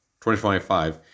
2025